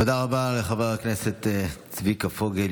תודה רבה לחבר הכנסת צביקה פוגל,